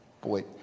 Boy